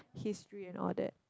history and all that